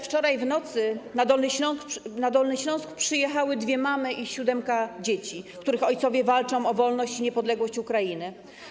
Wczoraj w nocy na Dolny Śląsk przyjechały dwie mamy i siódemka dzieci, których ojcowie walczą o wolność i niepodległość Ukrainy.